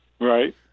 Right